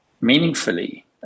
meaningfully